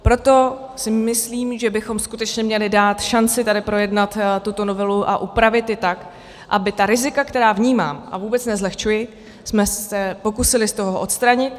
Proto si myslím, že bychom skutečně měli dát šanci tady projednat tuto novelu a upravit ji tak, abychom se ta rizika, která vnímám a vůbec nezlehčuji, pokusili z toho odstranit.